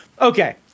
Okay